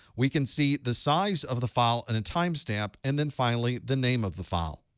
we can see the size of the file and a timestamp and then finally the name of the file.